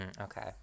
okay